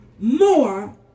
more